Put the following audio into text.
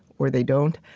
or they don't.